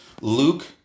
Luke